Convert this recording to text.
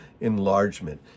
enlargement